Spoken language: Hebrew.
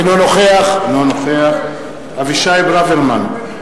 אינו נוכח אבישי ברוורמן,